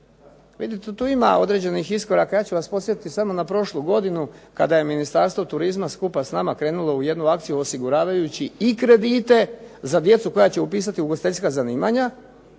Vidite, tu ima određenih ispravaka. Ja ću vas podsjetiti samo na prošlu godinu kada je Ministarstvo turizma skupa s nama krenulo u jednu akciju osiguravajući i kredite za djecu koja će upisati ugostiteljska zanimanja